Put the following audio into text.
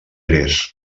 gres